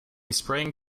sprang